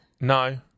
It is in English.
No